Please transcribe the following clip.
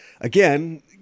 again